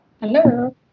Hello